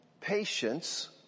patience